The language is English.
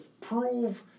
prove